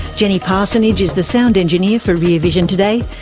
jenny parsonage is the sound engineer for rear vision today.